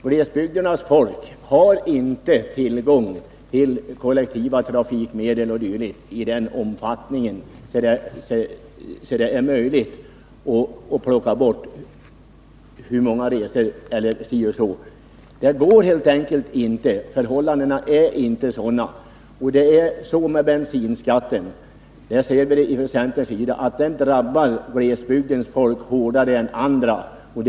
Glesbygdernas folk har inte tillgång till kollektiva trafikmedel i sådan omfattning att det är möjligt för dem att undvika hur många bilresor som helst. Det går helt enkelt inte — förhållandena är inte sådana. Bensinskatten drabbar — det framhåller vi från centerns sida — glesbygdens folk hårdare än andra invånare i landet.